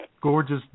gorgeous